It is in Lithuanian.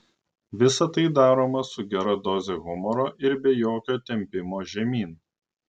visa tai daroma su gera doze humoro ir be jokio tempimo žemyn